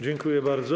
Dziękuję bardzo.